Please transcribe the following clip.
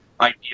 idea